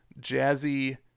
jazzy